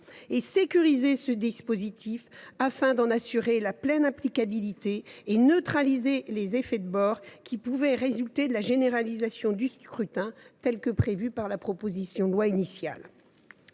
le sécuriser afin d’en assurer la pleine applicabilité et neutraliser les effets de bord qui pourraient résulter de la généralisation du scrutin de liste telle qu’elle est prévue par la proposition de loi initiale.